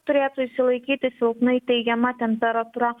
turėtų išsilaikyti silpnai teigiama temperatūra